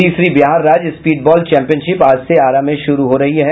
तीसरी बिहार राज्य speed ball championship आज से आरा में शुरू हो रही है